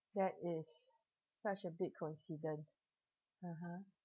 that is such a big coincidence (uh huh)